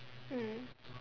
mm